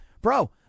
bro